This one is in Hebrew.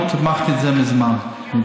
אני תמכתי בזה מזמן.